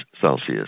Celsius